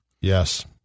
Yes